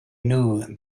knew